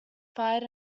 fired